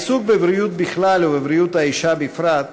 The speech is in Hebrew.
העיסוק בבריאות בכלל ובבריאות האישה בפרט,